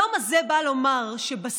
היום הזה בא לומר שבסוף